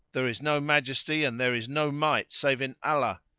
there is no majesty and there is no might save in allah!